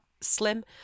slim